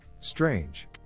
Strange